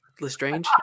Lestrange